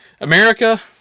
America